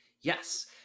Yes